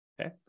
okay